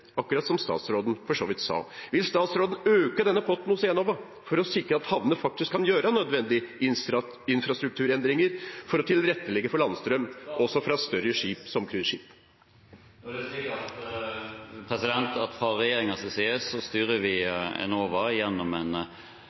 akkurat som statsråden for så vidt sa. Vil statsråden øke denne potten hos Enova for å sikre at havnene faktisk kan gjøre nødvendige infrastrukturendringer for å tilrettelegge for landstrøm også for større skip som cruiseskip? Nå er det slik at fra regjeringens side styrer vi Enova gjennom en